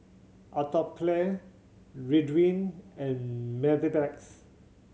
Atopiclair Ridwind and Mepilex